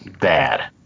Bad